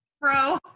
bro